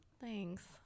Thanks